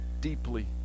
deeply